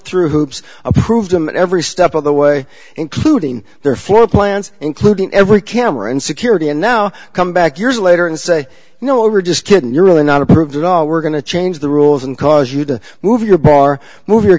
through hoops approve them every step of the way including their floor plans including every camera and security and now come back years later and say you know are just kidding you're really not approved at all we're going to change the rules and cause you to move your bar move your